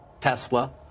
Tesla